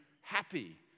happy